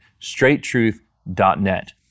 straighttruth.net